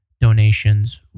donations